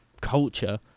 culture